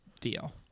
deal